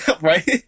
right